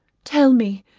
tell me,